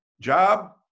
job